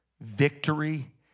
Victory